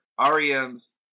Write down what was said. REM's